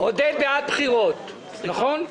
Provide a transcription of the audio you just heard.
עודד בעד בחירות, נכון?